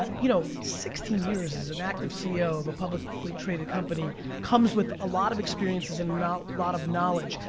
ah you know, sixteen years as an active ceo of a publicly traded company comes with a lot of experiences and a lot of knowledge.